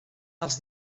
als